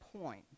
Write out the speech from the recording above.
point